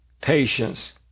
patience